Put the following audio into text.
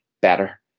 better